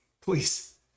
please